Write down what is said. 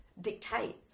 dictate